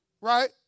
right